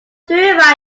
through